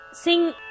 sing